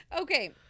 okay